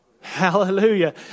Hallelujah